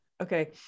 Okay